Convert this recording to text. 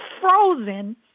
frozen